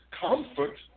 comfort